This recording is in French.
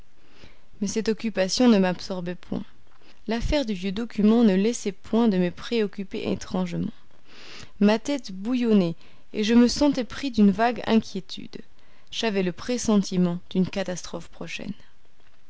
mais cette occupation ne m'absorbait pas l'affaire du vieux document ne laissait point de me préoccuper étrangement ma tête bouillonnait et je me sentais pris d'une vague inquiétude j'avais le pressentiment d'une catastrophe prochaine